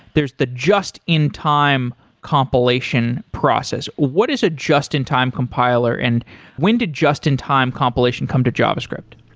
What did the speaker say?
there's the just in time compilation process. what is a just in time compiler and when did just in time compilation come to java script?